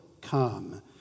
come